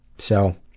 so.